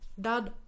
dad